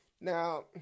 Now